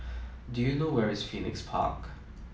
do you know where is Phoenix Park